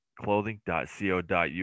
clothing.co.uk